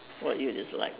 what you dislike